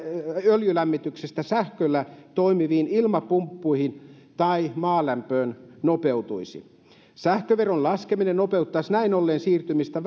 öljylämmityksestä sähköllä toimiviin ilmapumppuihin tai maalämpöön nopeutuisi sähköveron laskeminen nopeuttaisi näin ollen siirtymistä